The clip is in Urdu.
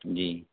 جی